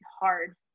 hard